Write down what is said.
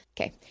Okay